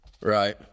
Right